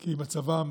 כי מצבם